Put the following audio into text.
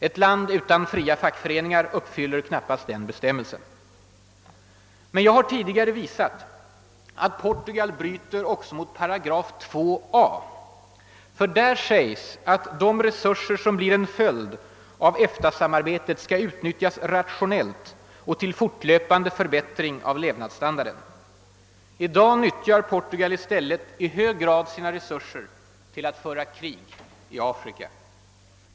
Ett land utan fria fackföreningar uppfyller knappast den bestämmelsen. Men jag har tidigare visat att Portugal också bryter mot 8 2, moment a. Där sägs att de resurser som blir en följd av EFTA-samarbetet skall nyttjas »rationellt» och till »fortlöpande förbättring av levnadsstandarden». I dag nyttjar Portugal i stället i hög grad sina resurser till att föra krig i Afrika.